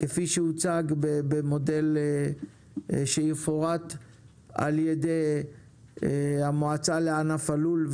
כפי שהוצג במודל שיפורט על ידי המועצה לענף הלול,